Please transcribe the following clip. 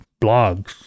blogs